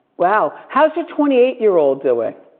wow, how's your twenty eight year old doing?